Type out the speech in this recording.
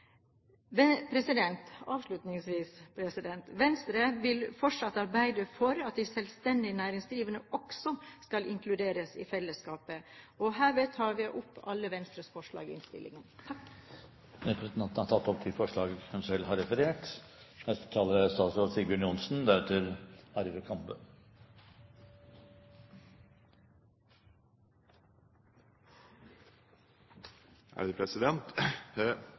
Avslutningsvis: Venstre vil fortsatt arbeide for at de selvstendig næringsdrivende også skal inkluderes i fellesskapet. Herved tar jeg opp alle Venstres forslag i innstillingen. Representanten Borghild Tenden har tatt opp de forslagene hun